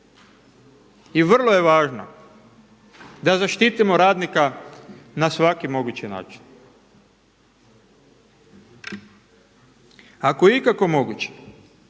I vrlo je važno da zaštitimo radnika na svaki mogući način. Ako je ikako moguće